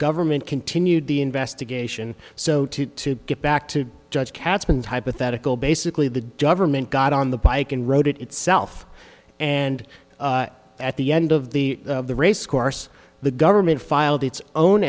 government continued the investigation so to to get back to judge katzman hypothetical basically the government got on the bike and rode it itself and at the end of the of the racecourse the government filed its own